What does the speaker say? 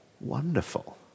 wonderful